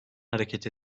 hareket